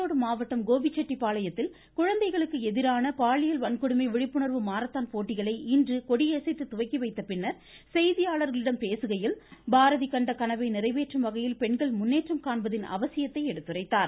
ஈரோடு மாவட்டம் கோபிச்செட்டிப்பாளையத்தில் குழந்தைகளுக்கு எதிரான வன்கொடுமை விழிப்புணர்வு மாரத்தான் போட்டிகளை பாலியல் இன்று கொடியசைத்து துவக்கிவைத்து பின்னர் செய்தியாளர்களிடம் பேசுகையில் பாரதி கனவை நிறைவேற்றும் வகையில் பெண்கள் முன்னேற்றம் காண்பதின் கண்ட அவசியத்தை எடுத்துரைத்தார்